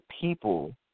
people